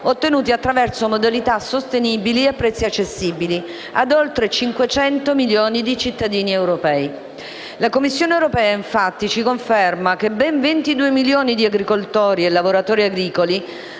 ottenuti attraverso modalità sostenibili e a prezzi accessibili, a oltre 500 milioni di cittadini europei. La Commissione europea, infatti, ci conferma che ben 22 milioni di agricoltori e lavoratori agricoli